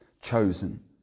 chosen